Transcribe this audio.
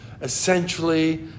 Essentially